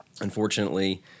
unfortunately